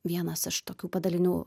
vienas iš tokių padalinių